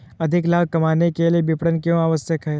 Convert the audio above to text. अधिक लाभ कमाने के लिए विपणन क्यो आवश्यक है?